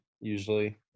Usually